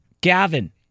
Gavin